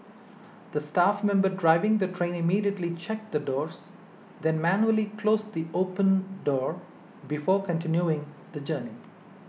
the staff member driving the train immediately checked the doors then manually closed the open door before continuing the journey